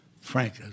frank